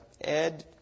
Ed